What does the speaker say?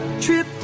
trip